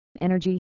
energy